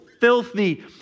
filthy